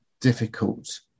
difficult